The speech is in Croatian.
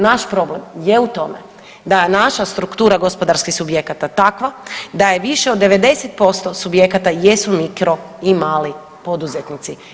Naš problem je u tome da naša struktura gospodarskih subjekata takva da je više od 90% subjekata jesu mikro i mali poduzetnici.